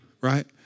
Right